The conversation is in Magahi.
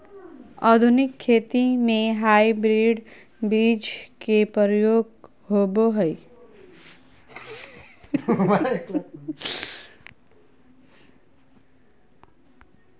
आधुनिक खेती में हाइब्रिड बीज के प्रयोग होबो हइ